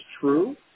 true